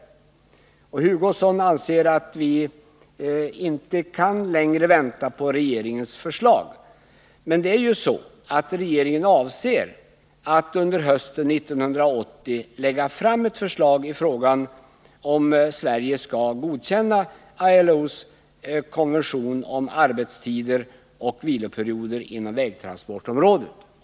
Kurt Hugosson anser att vi inte längre kan vänta på regeringens förslag. Men regeringen avser att under hösten 1980 lägga fram ett förslag i frågan om Sverige skall godkänna ILO:s konvention om arbetstider och viloperioder inom vägtransportområdet.